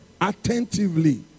attentively